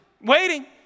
waiting